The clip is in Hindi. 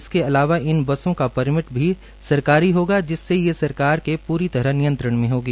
इसके इलावा इन बसों का परमिट भी सरकारी होगा जिससे ये सरकार के प्री तरह नियंत्रण में होगी